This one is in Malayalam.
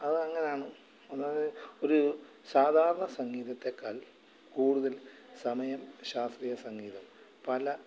അതങ്ങനാണ് ഒന്നാമത് ഒരു സാധാരണ സംഗീതത്തെക്കാള് കൂടുതൽ സമയം ശാസ്ത്രീയ സംഗീതം പല